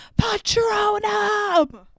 Patronum